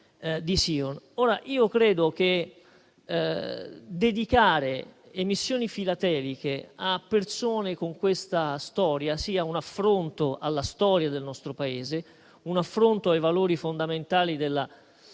Credo che dedicare emissioni filateliche a persone con questa storia sia un affronto alla storia del nostro Paese e ai valori fondamentali della